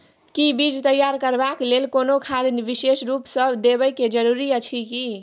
कि बीज तैयार करबाक लेल कोनो खाद विशेष रूप स देबै के जरूरी अछि की?